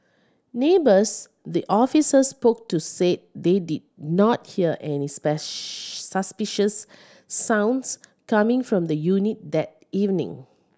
neighbours the officers spoke to said they did not hear any suspicious sounds coming from the unit that evening